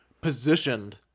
positioned